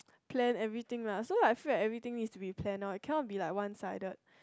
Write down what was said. plan everything lah so I feel like everything needs to be plan loh cannot be like one sided